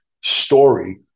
story